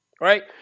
right